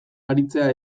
aritzea